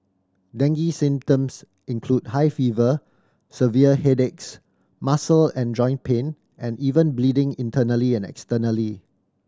dengue symptoms include high fever severe headaches muscle and joint pain and even bleeding internally and externally